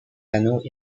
panneaux